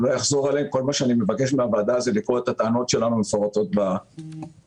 אני מבקש מהוועדה לקרוא את הטענות המפורטות במכתב.